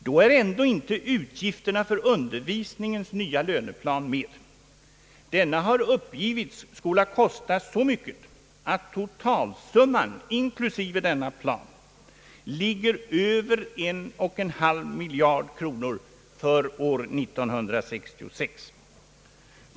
Då är ändå inte utgifterna för undervisningens nya löneplan medräknade. Denna har uppgivits skola kosta så mycket att totalsumman inklusive denna plan ligger över 11/2 miljard kronor för år 1966.